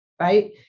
right